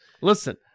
Listen